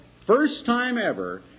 first-time-ever